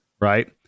right